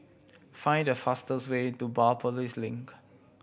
find the fastest way to Biopolis Link